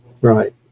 Right